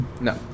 No